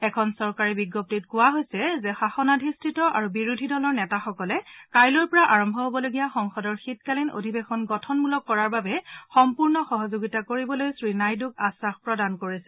এটা চৰকাৰী বিজ্ঞপ্তিত কৈছে যে শাসনাধিস্থিত আৰু বিৰোধী দলৰ নেতাসকলে কাইলৈৰ পৰা আৰম্ভ হ'বলগীয়া সংসদৰ শীতকালীন অধিবেশন গঠনমূলক কৰাৰ বাবে সম্পূৰ্ণ সহযোগিতা কৰিবলৈ শ্ৰীনাইডুক আশ্বাস প্ৰদান কৰিছে